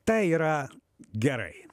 tai yra gerai